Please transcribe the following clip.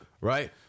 Right